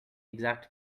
exact